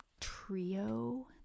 trio